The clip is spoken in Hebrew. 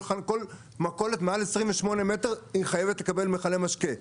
כל מכולת מעל 28 מ"ר חייבת לקבל מיכלי משקה.